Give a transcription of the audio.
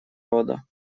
рода